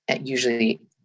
usually